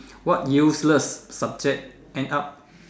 what useless subject end up